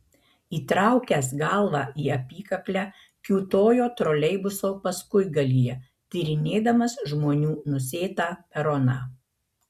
įtraukęs galvą į apykaklę kiūtojo troleibuso paskuigalyje tyrinėdamas žmonių nusėtą peroną